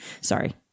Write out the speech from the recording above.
Sorry